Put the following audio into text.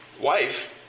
wife